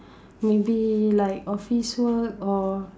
maybe like office work or